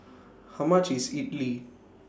How much IS Idly